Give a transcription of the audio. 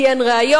כי אין ראיות,